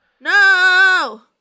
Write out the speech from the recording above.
No